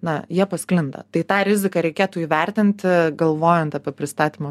na jie pasklinda tai tą riziką reikėtų įvertinti galvojant apie pristatymą